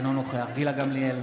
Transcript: אינו נוכח גילה גמליאל,